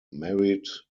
married